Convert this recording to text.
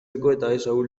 ahultzeko